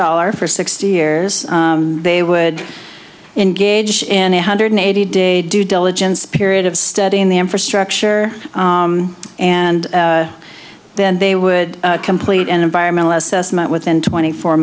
dollar for sixty years they would engage in a hundred eighty day due diligence period of study in the infrastructure and then they would complete an environmental assessment within twenty four